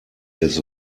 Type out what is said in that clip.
des